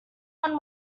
one